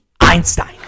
Einstein